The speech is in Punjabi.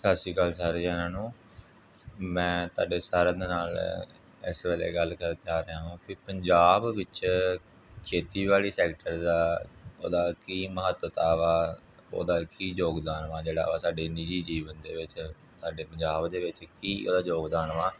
ਸਤਿ ਸ਼੍ਰੀ ਅਕਾਲ ਸਾਰੇ ਜਣਿਆਂ ਨੂੰ ਮੈਂ ਤੁਹਾਡੇ ਸਾਰਿਆਂ ਦੇ ਨਾਲ ਐਸ ਵੇਲੇ ਗੱਲ ਕਰਨ ਜਾ ਰਿਹਾ ਵਾਂ ਪੀ ਪੰਜਾਬ ਵਿੱਚ ਖੇਤੀਬਾੜੀ ਸੈਕਟਰ ਦਾ ਉਹਦਾ ਕੀ ਮਹੱਤਤਾ ਵਾ ਉਹਦਾ ਕੀ ਯੋਗਦਾਨ ਵਾ ਜਿਹੜਾ ਵਾ ਸਾਡੇ ਨਿੱਜੀ ਜੀਵਨ ਦੇ ਵਿੱਚ ਸਾਡੇ ਪੰਜਾਬ ਦੇ ਵਿੱਚ ਕੀ ਉਹਦਾ ਯੋਗਦਾਨ ਵਾ